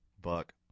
Buck